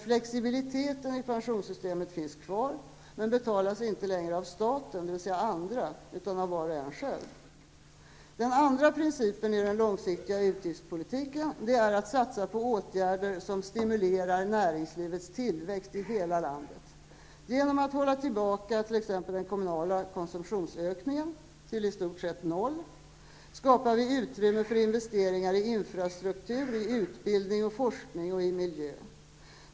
Flexibiliteten i pensionssystemet finns kvar men betalas inte av staten, dvs. andra, utan av var och en själv. Den andra principen i den långsiktiga utgiftspolitiken är att satsa på åtgärder som stimulerar näringslivets tillväxt i hela landet. Genom att hålla tillbaka t.ex. den kommunala konsumtionsökningen -- till i stort sett noll -- skapar vi utrymme för investeringar i infrastruktur, utbildning och forskning samt miljö.